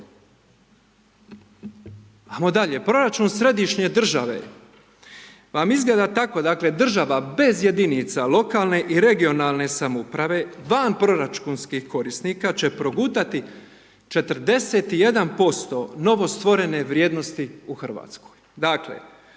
Ajmo dalje, proračun središnje države, vam izgleda tako, dakle, država bez jedinice lokalne i regionalne samouprave, van proračunskih korisnika bez jedinica lokalne i regionalne